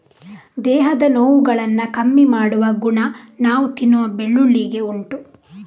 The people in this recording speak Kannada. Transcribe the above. ದೇಹದ ನೋವುಗಳನ್ನ ಕಮ್ಮಿ ಮಾಡುವ ಗುಣ ನಾವು ತಿನ್ನುವ ಬೆಳ್ಳುಳ್ಳಿಗೆ ಉಂಟು